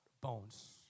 bones